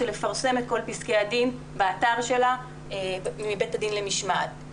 של פרסום כל פסקי הדין מבית הדין למשמעת באתר שלה.